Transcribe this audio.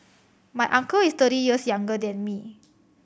my uncle is thirty years younger than me